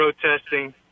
protesting